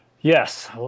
Yes